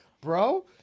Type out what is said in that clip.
Bro